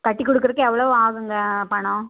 கட்டிக்கொடுத்துக்குறதுக்கு எவ்வளோ ஆகுங்க பணம்